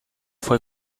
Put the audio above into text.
fue